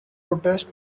protest